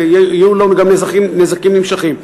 ויהיו גם נזקים נמשכים,